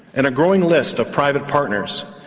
and a growing list of private partners,